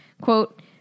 Quote